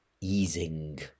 easing